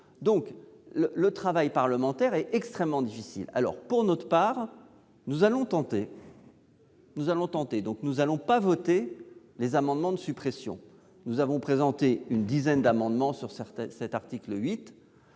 Le travail parlementaire est donc extrêmement difficile. Pour notre part, nous allons tenter de vous accompagner en nous abstenant de voter les amendements de suppression. Nous avons présenté une dizaine d'amendements sur cet article 8.